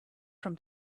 from